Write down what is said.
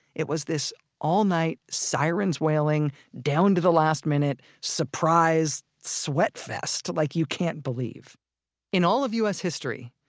it was this all-night, sirens wailing, down to the last minute, surprise sweat fest like you can't believe in all of u s. history,